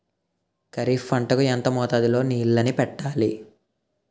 ఖరిఫ్ పంట కు ఎంత మోతాదులో నీళ్ళని పెట్టాలి?